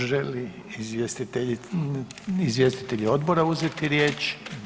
Želi izvjestitelji odbora uzeti riječ?